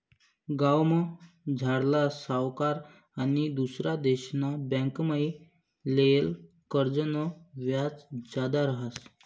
गावमझारला सावकार आनी दुसरा देशना बँकमाईन लेयेल कर्जनं व्याज जादा रहास